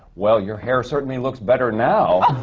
well, your hair certainly looks better now!